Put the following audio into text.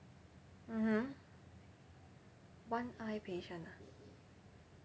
mmhmm one eye patient ah